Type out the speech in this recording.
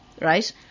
Right